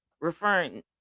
referring